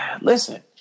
listen